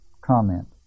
comment